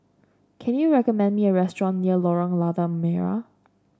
can you recommend me a restaurant near Lorong Lada Merah